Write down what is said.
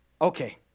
Okay